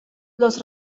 los